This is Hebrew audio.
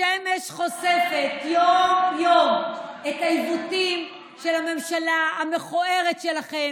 השמש חושפת יום-יום את העיוותים של הממשלה המכוערת שלכם,